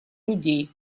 людей